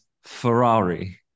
ferrari